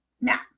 now